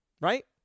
right